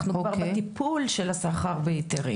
אנחנו כבר בטיפול של הסחר בהיתרים.